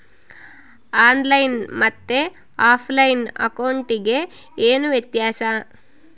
On line ಮತ್ತೆ offline ಅಕೌಂಟಿಗೆ ಏನು ವ್ಯತ್ಯಾಸ?